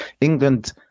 England